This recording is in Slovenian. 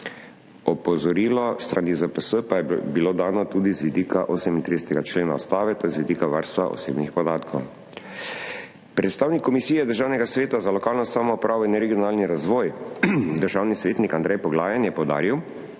Opozorilo s strani ZPS pa je bilo dano tudi z vidika 38. člena Ustave, to je z vidika varstva osebnih podatkov. Predstavnik Komisije Državnega sveta za lokalno samoupravo in regionalni razvoj, državni svetnik Andrej Poglajen, je poudaril,